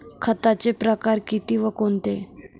खताचे प्रकार किती व कोणते?